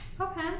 Okay